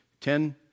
Ten